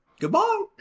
Goodbye